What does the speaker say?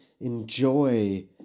enjoy